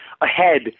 ahead